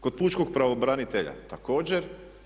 Kod pučkog pravobranitelja također.